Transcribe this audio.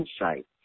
insight